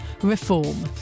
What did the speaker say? reform